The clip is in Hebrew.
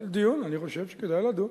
דיון, אני חושב שכדאי לדון.